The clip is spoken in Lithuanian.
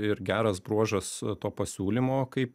ir geras bruožas to pasiūlymo kaip